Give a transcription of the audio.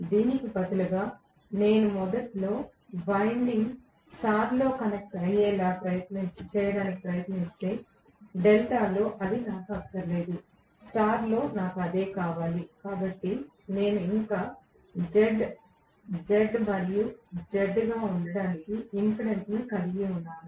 దీనికి బదులుగా నేను మొదట్లో వైండింగ్ స్టార్ లో కనెక్ట్ అయ్యేలా చేయడానికి ప్రయత్నిస్తే డెల్టాలో నాకు అది అక్కరలేదు స్టార్ లో నాకు అదే కావాలి కాబట్టి నేను ఇంకా Z Z మరియు Z గా ఉండటానికి ఇంపెడెన్స్ కలిగి ఉంటాను